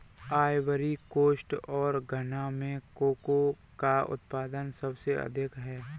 Ivory Coast Ghana घना में cocoa का उत्पादन सबसे अधिक है